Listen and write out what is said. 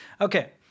Okay